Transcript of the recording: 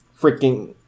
freaking